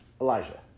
Elijah